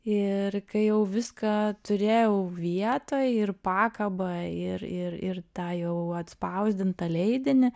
ir kai jau viską turėjau vietoj ir pakabą ir ir ir tą jau atspausdintą leidinį